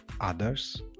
Others